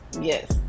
Yes